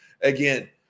Again